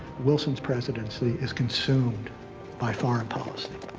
wilson's presidency is consumed by foreign policy.